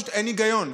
פשוט אין היגיון.